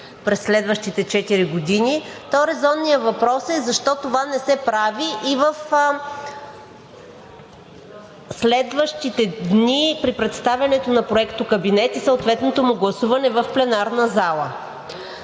през следващите четири години, то резонният въпрос е: защо това не се прави в следващите дни при представянето на Проектокабинет и съответното му гласуване в пленарната зала?